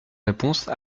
réponse